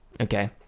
okay